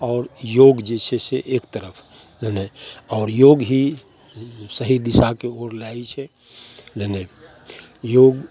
आओर योग जे छै से एक तरफ नइ नइ आओर योग ही सही दिशाके ओर लए जाइ छै नइ नइ योग